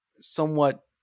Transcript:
somewhat